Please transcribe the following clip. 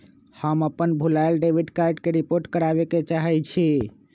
हम अपन भूलायल डेबिट कार्ड के रिपोर्ट करावे के चाहई छी